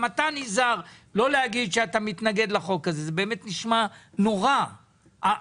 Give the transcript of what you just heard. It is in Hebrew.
גם אתה נזהר לא להגיד שאתה מתנגד לחוק הזה כי זה באמת נשמע נורא להתנגד.